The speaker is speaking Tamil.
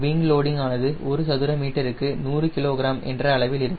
விங் லோடிங் ஆனது ஒரு சதுர மீட்டருக்கு 100 kg என்ற அளவில் இருக்கும்